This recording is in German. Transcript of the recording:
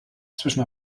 zwischen